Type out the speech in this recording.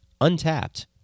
Untapped